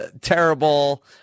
terrible